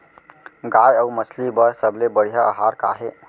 गाय अऊ मछली बर सबले बढ़िया आहार का हे?